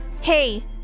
Hey